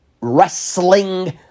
wrestling